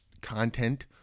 content